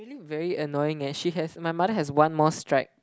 really very annoying eh she has my mother has one more strike